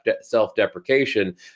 self-deprecation